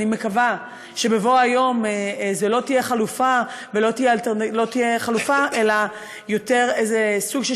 אני מקווה שבבוא היום זו לא תהיה חלופה אלא יותר סוג של